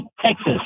texas